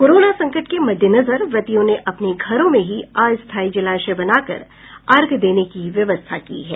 corona संकट के मददेनजर व्रतियों ने अपने घरों में ही अस्थाई जलाशय बनाकर अर्घ्य देने की व्यवस्था की है